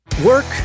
Work